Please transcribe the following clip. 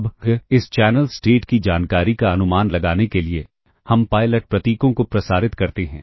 अब इस channel state की जानकारी का अनुमान लगाने के लिए हम पायलट प्रतीकों को प्रसारित करते हैं